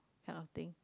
kind of thing